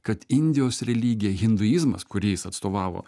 kad indijos religija hinduizmas kurį jis atstovavo